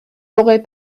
l’aurait